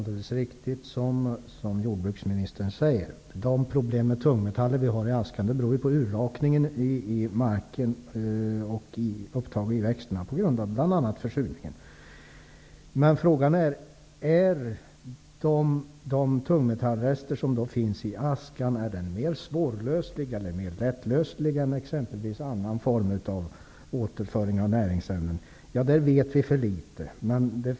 Herr talman! Vad jordbruksministern säger är alldeles riktigt. De problem med tungmetaller som vi har när det gäller askan beror alltså på urlakningen i marken och upptaget i växter till följd av bl.a. försurningen. Men frågan är om de tungmetallrester som finns i askan är mer svårlösliga eller om de är mer lättlösliga än exempelvis i annan form återförda näringsämnen. Vi vet för litet i det sammanhanget.